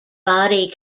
body